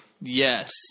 Yes